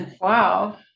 Wow